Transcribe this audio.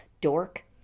Dork